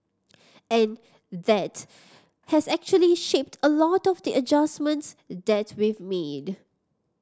and that has actually shaped a lot of the adjustments that we've made